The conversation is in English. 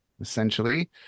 essentially